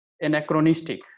anachronistic